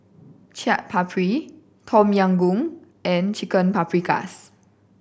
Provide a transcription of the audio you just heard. Chaat Papri Tom Yam Goong and Chicken Paprikas